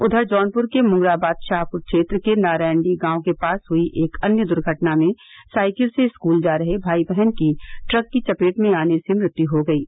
उधर जौनपुर के मुंगराबाद शाहपुर क्षेत्र के नरायनडीह गांव के पास हुई एक अन्य दुर्घटना में साइकिल से स्कूल जा रहे भाई बहन की ट्रक की चपेट में आने से मृत्यु हो गयी